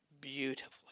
beautifully